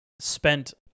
spent